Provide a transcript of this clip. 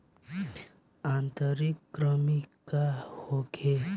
आंतरिक कृमि का होखे?